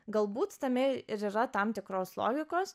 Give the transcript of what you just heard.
galbūt tame ir yra tam tikros logikos